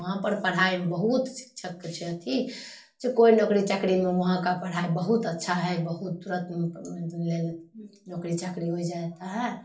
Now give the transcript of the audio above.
वहाँपर पढ़ाइमे बहुत शिक्षकके छै अथी से कोइ नोकरी चाकरीमे वहाँके पढ़ाइ बहुत अच्छा हइ बहुत तुरन्त लऽ लै छै नोकरी चाकरी हो जाता हइ